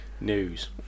News